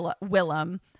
Willem